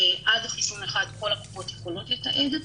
עד חיסון אחד כל הקופות יכולות לתעד,